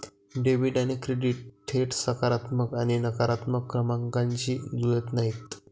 debit आणि credit थेट सकारात्मक आणि नकारात्मक क्रमांकांशी जुळत नाहीत